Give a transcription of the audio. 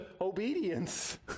obedience